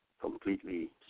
completely